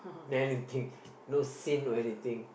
no need to think no sin no anything